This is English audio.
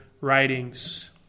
writings